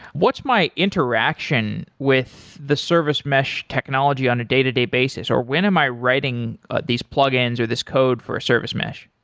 what's my interaction with the service mesh technology on a day-to-day basis or when am i writing these plug-ins or this code for service mesh?